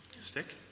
Stick